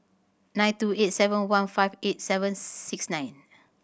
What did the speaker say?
nine two eight seven one five eight seven six nine